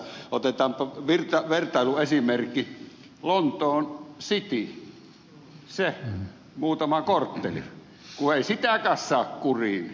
otetaanpa vertailuesimerkiksi lontoon city se muutama kortteli kun ei sitäkään saa kuriin